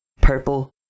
Purple